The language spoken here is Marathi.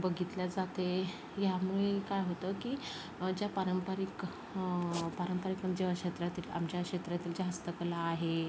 बघितले जाते ह्यामुळे काय होतं की ज्या पारंपरिक हं पारंपरिक म्हणजे अ क्षेत्रातील आमच्या क्षेत्रातील ज्या हस्तकला आहे